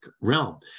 realm